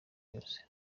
yose